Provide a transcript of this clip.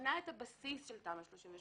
משנה את הבסיס של תמ"א 38,